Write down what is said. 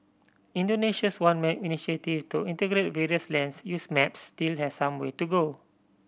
Indonesia's One Map initiative to integrate various lands use maps still has some way to go